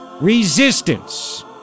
Resistance